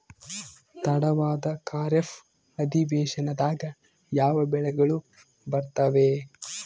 ತಡವಾದ ಖಾರೇಫ್ ಅಧಿವೇಶನದಾಗ ಯಾವ ಬೆಳೆಗಳು ಬರ್ತಾವೆ?